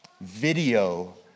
video